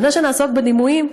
אבל לפני שנעסוק בדימויים,